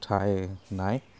ঠাই নাই